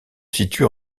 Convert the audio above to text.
situe